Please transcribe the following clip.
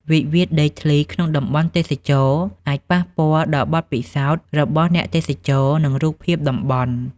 វិវាទដីធ្លីក្នុងតំបន់ទេសចរណ៍ អាចប៉ះពាល់ដល់បទពិសោធន៍របស់អ្នកទេសចរ និងរូបភាពតំបន់។